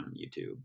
YouTube